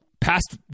past